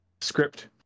script